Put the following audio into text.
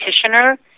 practitioner